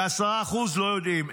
ו-10% לא יודעים.